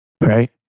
right